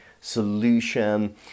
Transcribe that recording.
solution